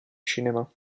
cinema